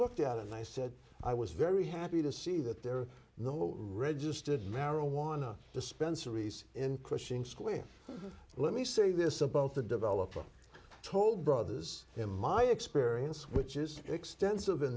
looked at it and i said i was very happy to see that there are no registered marijuana dispensaries in crushing square let me say this about the developer told brothers in my experience which is extensive in